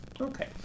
Okay